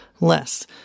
less